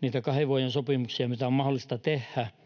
niitä kahden vuoden sopimuksia, mitä on mahdollista tehdä